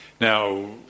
Now